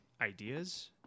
ideas